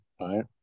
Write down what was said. right